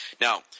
Now